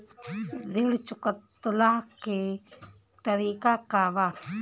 ऋण चुकव्ला के तरीका का बा?